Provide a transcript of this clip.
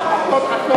רגל, רק לפושטי רגל.